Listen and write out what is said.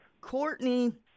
Courtney